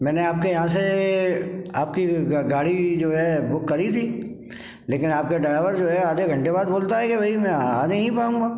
मैंने आपके यहाँ से आपकी गाड़ी जो है बुक करी थी लेकिन आपके ड्राइवर जो है आधे घंटे बाद बोलता है कि भाई मैं आ आ नहीं पाऊँगा